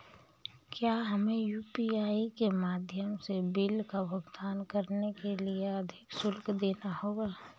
क्या हमें यू.पी.आई के माध्यम से बिल का भुगतान करने के लिए अधिक शुल्क देना होगा?